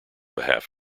behalf